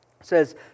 says